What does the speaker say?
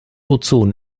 ozon